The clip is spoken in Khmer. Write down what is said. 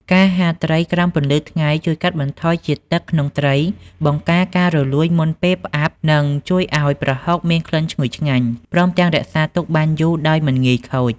ការហាលត្រីក្រោមពន្លឺថ្ងៃជួយកាត់បន្ថយជាតិទឹកក្នុងត្រី បង្ការការរលួយមុនពេលផ្អាប់ និងជួយឱ្យប្រហុកមានក្លិនឈ្ងុយឆ្ងាញ់ ព្រមទាំងរក្សាទុកបានយូរដោយមិនងាយខូច។